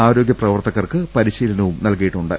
ആരോഗ്യപ്രവർത്തകർക്ക് പ്രിശീലനവും നൽകിയി ട്ടുണ്ട്